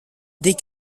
des